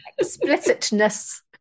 Explicitness